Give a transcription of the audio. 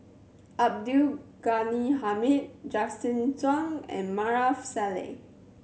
Abdul Ghani Hamid Justin Zhuang and Maarof Salleh